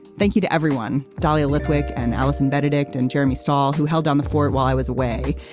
thank you to everyone. dahlia lithwick and allison benedikt and jeremy stall who held down the fort while i was away.